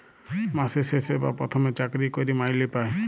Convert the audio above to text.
মাসের শেষে বা পথমে চাকরি ক্যইরে মাইলে পায়